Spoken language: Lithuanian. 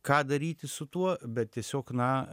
ką daryti su tuo bet tiesiog na